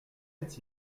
est